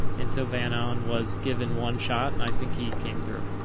and so van alen was given one shot and i think he came through.